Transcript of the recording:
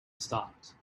stopped